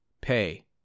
pay